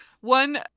one